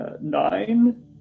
Nine